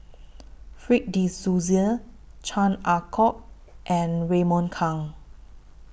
Fred De Souza Chan Ah Kow and Raymond Kang